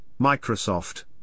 Microsoft